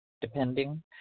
depending